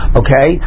okay